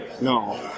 No